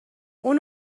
اون